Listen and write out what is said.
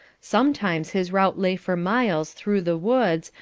sometimes his route lay for miles through the woods,